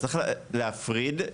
צריך להפריד.